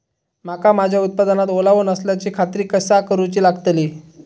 मका माझ्या उत्पादनात ओलावो नसल्याची खात्री कसा करुची लागतली?